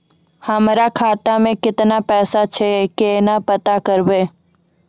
हमरा खाता मे केतना पैसा छै, केना पता करबै?